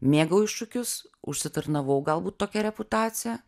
mėgau iššūkius užsitarnavau galbūt tokią reputaciją